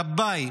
כבאי,